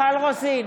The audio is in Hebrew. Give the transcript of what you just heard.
מיכל רוזין,